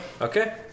Okay